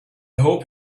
hope